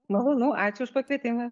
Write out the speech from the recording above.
malonu ačiū už pakvietimą